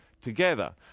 together